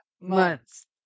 months